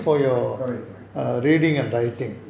for your reading updating